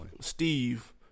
Steve